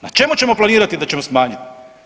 Na čemu ćemo planirati da ćemo smanjiti?